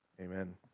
Amen